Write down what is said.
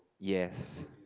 yes